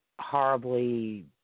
horribly